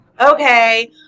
okay